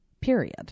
period